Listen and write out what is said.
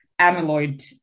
amyloid